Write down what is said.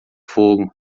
fogo